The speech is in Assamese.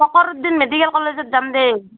ফকৰুদ্দিন মেডিকেল কলেজত যাম দেই